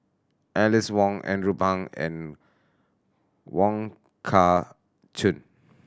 Alice Ong Andrew Phang and Wong Kah Chun